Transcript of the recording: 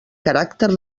caràcter